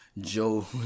Joe